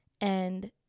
And-